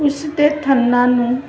ਉਸ ਦੇ ਥੰਨਾ ਨੂੰ